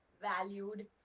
valued